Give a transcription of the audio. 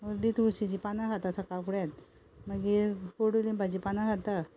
व्हडलीं तुळशीचीं पानां खाता सकाळ फुडेंच मागीर कोडुलिंबाची पानां खाता